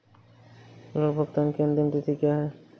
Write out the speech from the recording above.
ऋण भुगतान की अंतिम तिथि क्या है?